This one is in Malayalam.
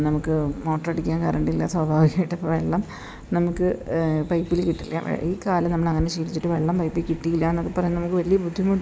നമുക്ക് മോട്ടൃ അടിക്കാൻ കരണ്ട് ഇല്ല സ്വാഭാവികായിട്ട് ഇപ്പം വെള്ളം നമുക്ക് പൈപ്പിൽ കിട്ടിയില്ല ഈ കാലം നമ്മൾ അങ്ങനെ ശീലിച്ചിട്ട് വെള്ളം പൈപ്പിൽ കിട്ടിയില്ല എന്നൊക്കെ പറയുന്നത് നമുക്ക് വലിയ ബുദ്ധിമുട്ടാണ്